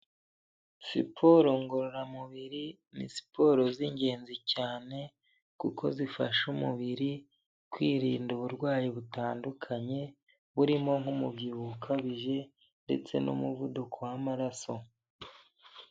Siporo ngororamubiri ni siporo z'ingenzi cyane, kuko zifasha umubiri kwirinda uburwayi butandukanye. Burimo nk'umubyibuho ukabije ndetse n'umuvuduko w'amaraso.